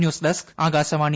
news desk Akashvani